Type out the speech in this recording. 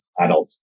adult